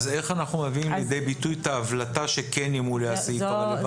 איך אנחנו מביאים לידי ביטוי את ההבלטה שכן ימולא הסעיף הרלוונטי?